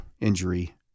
injury